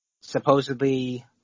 supposedly